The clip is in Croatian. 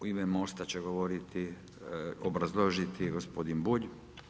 U ime MOST-a će govoriti, obrazložiti gospodin Bulj.